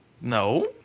No